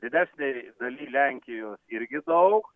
didesnėj daly lenkijos irgi daug